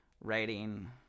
writing